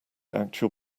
actual